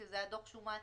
שזה היה דוח שומה עצמית,